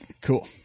Cool